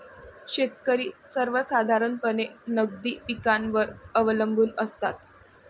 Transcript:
शेतकरी सर्वसाधारणपणे नगदी पिकांवर अवलंबून असतात